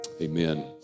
Amen